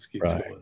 Right